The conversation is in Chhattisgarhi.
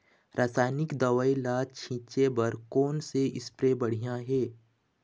रासायनिक दवई ला छिचे बर कोन से स्प्रे बढ़िया हे?